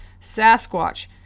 Sasquatch